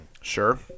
Sure